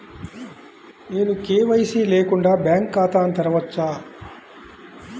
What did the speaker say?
నేను కే.వై.సి లేకుండా బ్యాంక్ ఖాతాను తెరవవచ్చా?